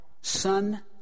son